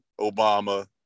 Obama